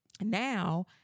Now